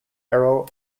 arrow